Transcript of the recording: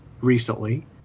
recently